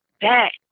back